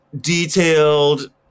detailed